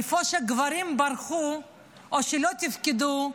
איפה שגברים ברחו או לא תפקדו,